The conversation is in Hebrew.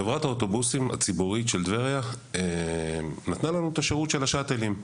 חברת האוטובוסים הציבורית של טבריה נתנה לנו את השירות של השאטלים.